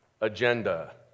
agenda